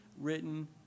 written